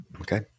Okay